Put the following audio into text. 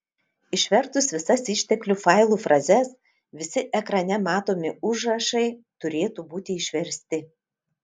išvertus visas išteklių failų frazes visi ekrane matomi užrašai turėtų būti išversti